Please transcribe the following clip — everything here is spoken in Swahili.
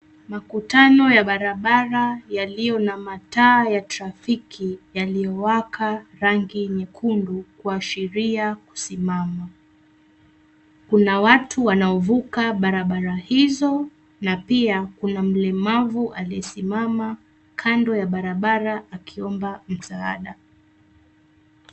Makutano ya barabara yaliyo na mataa ya trafiki yaliyowaka rangi nyekundu kuwashiria kusimama. Kuna watu wanaovuka barabara hizo, na pia kuna mlemavu aliye simama kando ya barabara akiomba msaada.